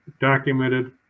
documented